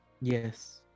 Yes